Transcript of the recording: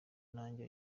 nanjye